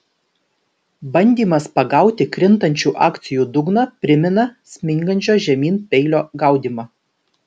bandymas pagauti krintančių akcijų dugną primena smingančio žemyn peilio gaudymą